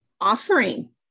offering